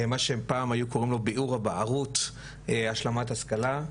מה שפעם היו קוראים לו ביעור הבערות, השלמת השכלה.